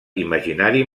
imaginari